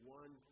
one